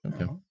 Okay